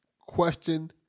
Question